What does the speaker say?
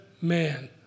man